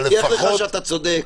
אני מבטיח לך שאתה צודק.